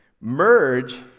Merge